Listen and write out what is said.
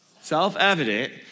Self-evident